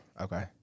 Okay